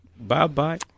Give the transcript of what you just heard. Bye-bye